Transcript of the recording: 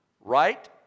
Right